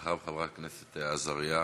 אחריו, חברת הכנסת עזריה,